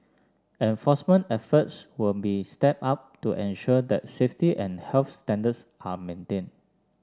enforcement efforts will be stepped up to ensure that safety and health standards are maintained